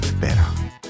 better